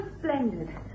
Splendid